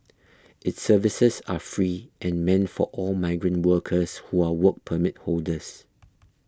its services are free and meant for all migrant workers who are Work Permit holders